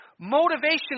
motivation